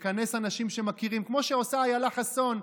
נכנס אנשים שמכירים, כמו שעושה אילה חסון.